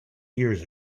years